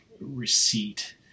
receipt